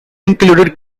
included